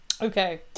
Okay